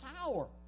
power